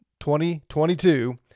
2022